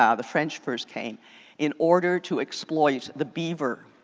ah the french first came in order to exploit the beaver,